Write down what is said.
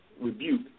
rebuke